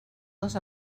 dels